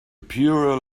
pure